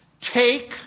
take